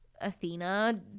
Athena